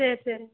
சரி சரிங்க